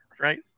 Right